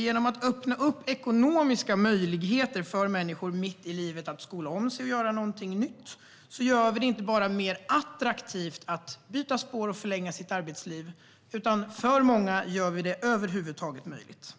Genom att öppna upp ekonomiska möjligheter för människor mitt i livet att skola om sig och göra något nytt gör vi det inte bara mer attraktivt att byta spår och förlänga sitt arbetsliv, utan för många gör vi det över huvud taget möjligt.